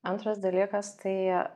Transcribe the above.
antras dalykas tai